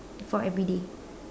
for everyday